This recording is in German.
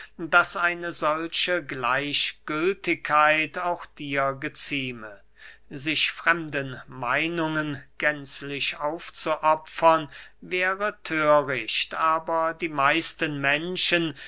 daß eine solche gleichgültigkeit auch dir gezieme sich fremden meinungen gänzlich aufzuopfern wäre thöricht aber die meisten menschen